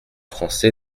français